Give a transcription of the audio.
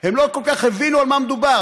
הם לא כל כך הבינו על מה מדובר.